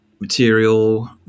material